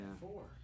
Four